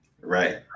Right